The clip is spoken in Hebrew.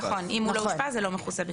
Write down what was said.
נכון, אם הוא לא אושפז זה לא מכוסה בכלל.